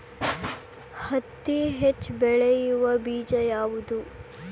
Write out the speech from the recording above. ಹತ್ತಿ ಹೆಚ್ಚ ಬೆಳೆಯುವ ಬೇಜ ಯಾವುದು?